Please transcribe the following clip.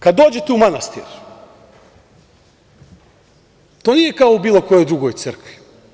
Kada dođete u manastir, to je nije kao u bilo kojoj drugoj crkvi.